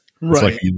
Right